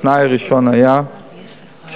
התנאי הראשון היה שאנחנו